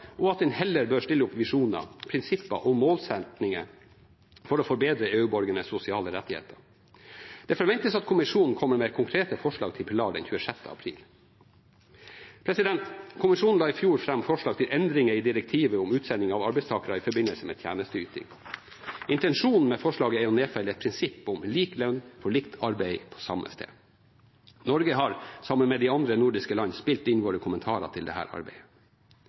og at den heller bør stille opp visjoner, prinsipper og målsettinger for å forbedre EU-borgernes sosiale rettigheter. Det forventes at kommisjonen kommer med konkrete forslag til pilar den 26. april. Kommisjonen la i fjor fram forslag til endringer i direktivet om utsending av arbeidstakere i forbindelse med tjenesteyting. Intensjonen med forslaget er å nedfelle et prinsipp om lik lønn for likt arbeid på samme sted. Norge har sammen med de andre nordiske land spilt inn sine kommentarer til dette arbeidet.